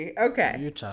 okay